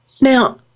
Now